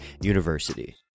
university